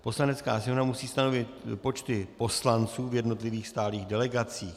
Poslanecká sněmovna musí stanovit počty poslanců v jednotlivých stálých delegacích.